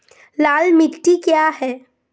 लाल मिट्टी क्या है?